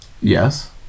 Yes